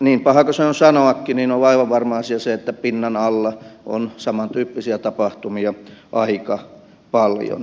niin paha kuin se on sanoakin niin on aivan varma asia se että pinnan alla on samantyyppisiä tapahtumia aika paljon